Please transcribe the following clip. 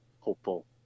hopeful